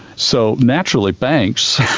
so naturally, banks